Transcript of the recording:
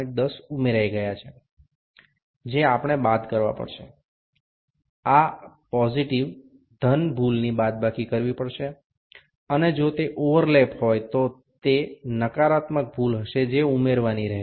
10 ઉમેરાઇ ગયા છે જે આપણે બાદ કરવા પડશે આ પોઝીટીવ ધન ભૂલની બાદબાકી કરવી પડશે અને જો તે ઓવરલેપ હોય તો તે નકારાત્મક ભૂલ હશે જે ઉમેરવાની રહેશે